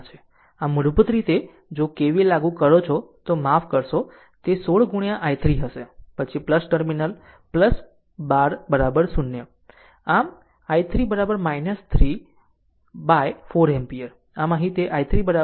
આમ મૂળભૂત રીતે જો KVL લાગુ કરો તો માફ કરશો તે 16 i3 હશે પછી ટર્મિનલ 12 0 આમ 3 3 by 4 એમ્પીયર